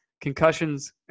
concussions